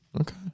Okay